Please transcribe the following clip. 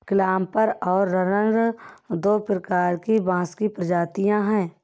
clumper और runner दो प्रकार की बाँस की प्रजातियाँ हैं